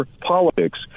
politics